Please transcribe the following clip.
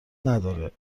نداره